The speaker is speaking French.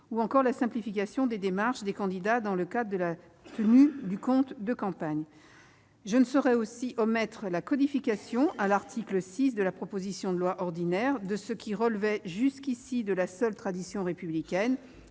ou encore la simplification des démarches des candidats dans le cadre de la tenue du compte de campagne. Enfin, je ne saurais omettre la codification, à l'article 6 de la proposition de loi ordinaire, de ce qui relevait jusqu'à présent de la seule tradition républicaine